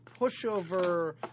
pushover